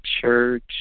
church